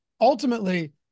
ultimately